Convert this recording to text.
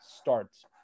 starts